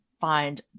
find